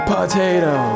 Potato